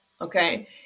okay